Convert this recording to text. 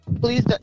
please